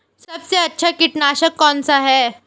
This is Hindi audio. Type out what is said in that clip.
सबसे अच्छा कीटनाशक कौन सा है?